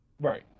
Right